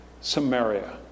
Samaria